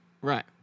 right